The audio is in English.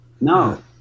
No